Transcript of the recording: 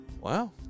Wow